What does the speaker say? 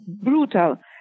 brutal